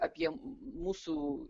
apie mūsų